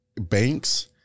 banks